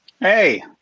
Hey